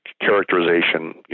characterization